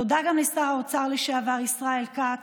תודה גם לשר האוצר לשעבר ישראל כץ,